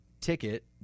ticket